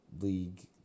League